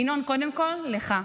ינון, קודם כול, לך.